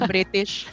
British